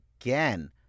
again